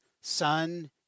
sun